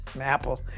apples